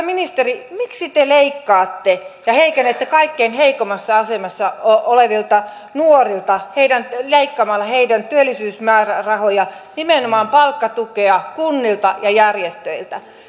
arvoisa ministeri miksi te heikennätte kaikkein heikoimmassa asemassa olevia nuoria leikkaamalla heidän työllisyysmäärärahojaan nimenomaan palkkatukea kunnilta ja järjestöiltä